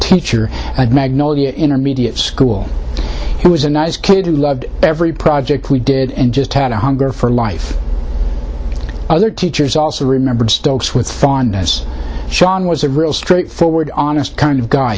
teacher at magnolia intermediate school he was a nice kid who loved every project we did and just had a hunger for life other teachers also remembered stokes with fondness shawn was a real straightforward honest kind of guy